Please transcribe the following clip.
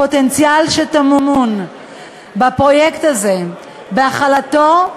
הפוטנציאל שטמון בפרויקט הזה, בהחלתו,